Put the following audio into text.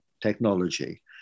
technology